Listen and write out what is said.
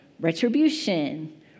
retribution